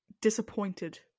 disappointed